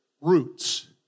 roots